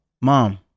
Mom